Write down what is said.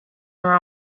were